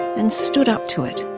and stood up to it,